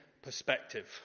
Perspective